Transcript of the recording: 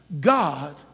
God